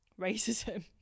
racism